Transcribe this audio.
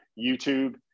YouTube